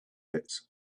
pits